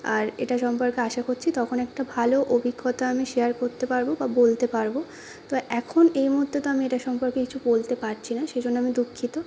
আর এটা সম্পর্কে আশা করছি তখন একটা ভালো অভিজ্ঞতা আমি শেয়ার করতে পারব বা বলতে পারব তো এখন এই মুহূর্তে তো আমি এটা সম্পর্কে কিছু বলতে পারছি না সেই জন্য আমি দুঃখিত